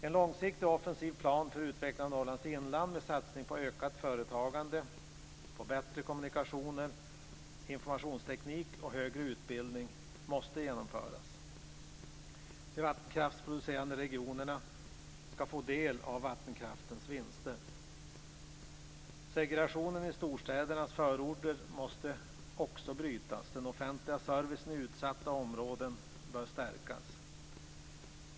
En långsiktig, offensiv plan för utveckling av Norrlands inland med satsning på ökat företagande, bättre kommunikationer, informationsteknik och högre utbildning måste genomföras. De vattenkraftsproducerande regionerna skall få del av vattenkraftens vinster. Segregationen i storstädernas förorter måste också brytas. Den offentliga servicen i utsatta områden bör stärkas.